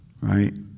right